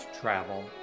travel